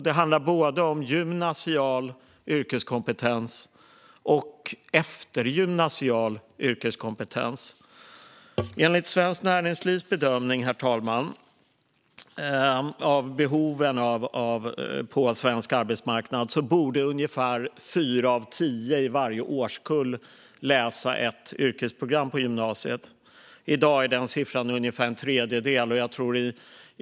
Det handlar både om gymnasial yrkeskompetens och eftergymnasial yrkeskompetens. Enligt Svenskt Näringslivs bedömning av behoven på svensk arbetsmarknad borde ungefär fyra av tio i varje årskull läsa ett yrkesprogram på gymnasiet. I dag är den siffran ungefär en tredjedel.